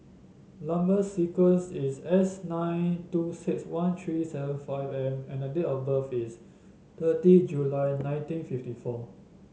number sequence is S nine two six one three seven five M and date of birth is thirty July nineteen fifty four